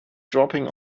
dropping